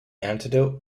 antidote